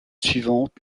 suivantes